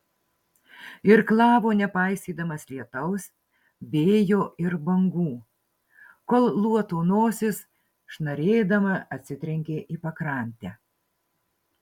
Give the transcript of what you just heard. irklavo nepaisydamas lietaus vėjo ir bangų kol luoto nosis šnarėdama atsitrenkė į pakrantę